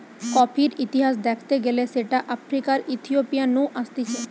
কফির ইতিহাস দ্যাখতে গেলে সেটা আফ্রিকার ইথিওপিয়া নু আসতিছে